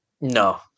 No